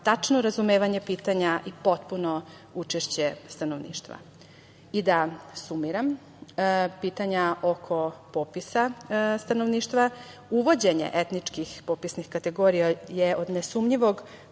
tačno razumevanje pitanja i potpuno učešće stanovništva. Da sumiram. Pitanja oko popisa stanovništva, uvođenje etničkih popisnih kategorija je od nesumnjivog